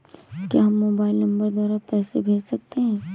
क्या हम mobile number द्वारा पैसे भेज सकते हैं?